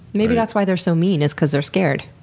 maybe that's why they're so mean is because they're scared.